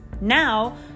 Now